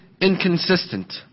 inconsistent